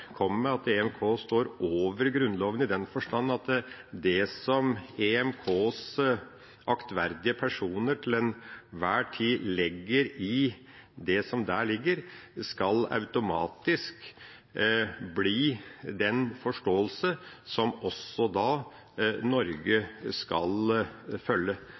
med, at EMK står over Grunnloven i den forstand at det som EMKs aktverdige personer til enhver tid legger i det som der ligger, automatisk skal bli den forståelse som også Norge skal følge.